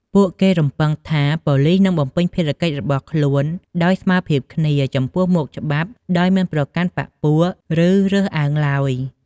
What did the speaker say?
ពួកគេរំពឹងថា ប៉ូលីសនឹងបំពេញភារកិច្ចរបស់ខ្លួនដោយស្មើភាពគ្នា ចំពោះមុខច្បាប់ ដោយមិនប្រកាន់បក្សពួក ឬរើសអើងឡើយ។